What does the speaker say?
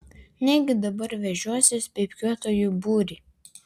negi dabar vežiosiuos pypkiuotojų būrį